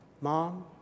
Mom